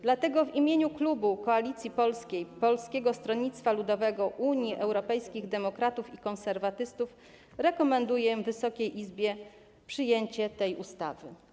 Dlatego w imieniu klubu Koalicji Polskiej, Polskiego Stronnictwa Ludowego, Unii Europejskich Demokratów i Konserwatystów rekomenduję Wysokiej Izbie przyjęcie tej ustawy.